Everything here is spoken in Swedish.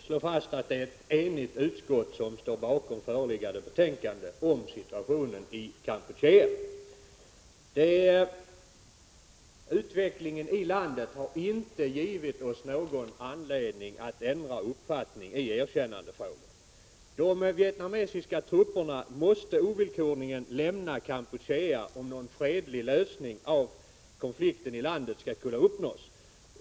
Herr talman! Låt mig slå fast att det är ett enigt utskott som står bakom föreliggande betänkande om situationen i Kampuchea. Utvecklingen i landet har inte givit oss någon anledning att ändra uppfattning i erkännandefrågan. De vietnamesiska trupperna måste ovillkorligen lämna Kampuchea om någon fredlig lösning av konflikten i landet skall kunna uppnås.